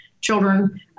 children